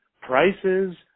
Prices